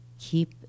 Keep